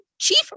chief